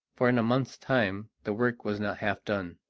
for in a month's time the work was not half done.